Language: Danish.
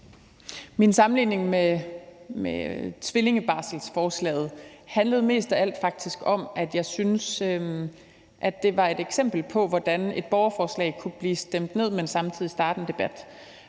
Min sammenligning med tvillingebarselsforslaget handlede faktisk mest af alt om, at jeg synes, at det var et eksempel på, hvordan et borgerforslag kunne blive stemt ned, men samtidig starte en debat.